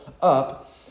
up